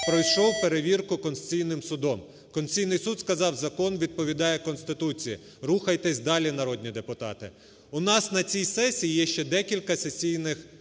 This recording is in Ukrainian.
пройшов перевірку Конституційним Судом. Конституційний Суд сказав: закон відповідає Конституції, рухайтеся далі, народні депутати. У нас на цій сесії є ще декілька сесійних